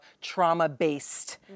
trauma-based